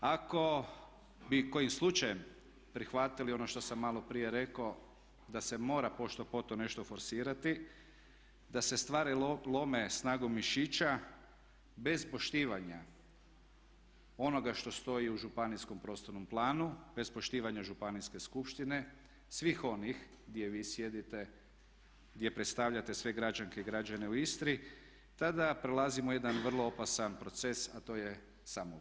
Ako bi kojim slučajem prihvatili ono što sam malo prije rekao da se mora pošto poto nešto forsirati, da se stvari lome snagom mišića bez poštivanja onoga što stoji u županijskom prostornom planu, bez poštivanja Županijske skupštine, svih onih gdje vi sjedite, gdje predstavljate sve građanke i građane u Istri tada prelazimo u jedan vrlo opasan proces, a to je samovolja.